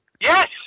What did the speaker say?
Yes